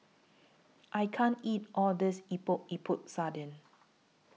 I can't eat All of This Epok Epok Sardin